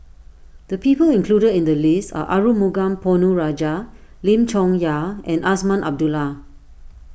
the people included in the list are Arumugam Ponnu Rajah Lim Chong Yah and Azman Abdullah